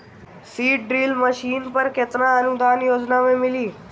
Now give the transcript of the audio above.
Seed drill machine पर केतना अनुदान योजना में मिली?